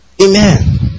Amen